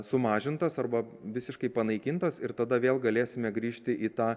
sumažintas arba visiškai panaikintas ir tada vėl galėsime grįžti į tą